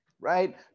right